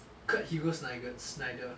kurt hugo schneiger schneider